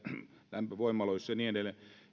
lämpövoimaloissa ja niin edelleen